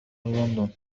لندن